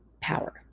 power